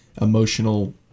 emotional